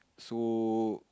so